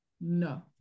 No